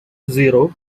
zero